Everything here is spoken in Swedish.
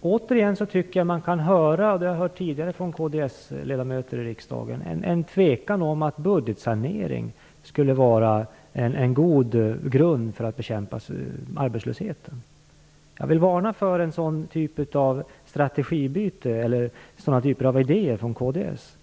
Återigen tycker jag man kan höra - jag har hört det tidigare från kds-ledamöter i riksdagen - en tvekan om att budgetsanering skulle vara en god grund för att bekämpa arbetslösheten. Jag vill varna för den typen av strategibyte och den typen av idéer från kds.